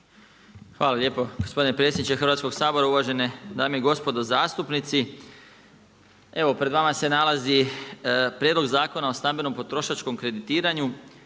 Hvala lijepo gospodine predsjedniče Hrvatskoga sabora, poštovane dame i gospodo zastupnici. Evo pred vama je Prijedlog zakona, novog Zakona o sprječavanju